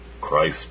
Christ